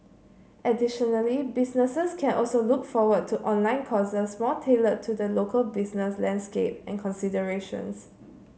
additionally businesses can also look forward to online courses more tailored to the local business landscape and considerations